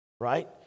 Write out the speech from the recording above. right